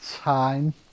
time